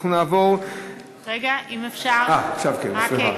אנחנו נעבור, רגע, אם אפשר, עכשיו, כן, סליחה.